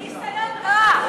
ניסיון רע.